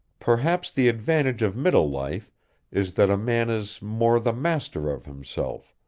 perhaps the advantage of middle life is that a man is more the master of himself,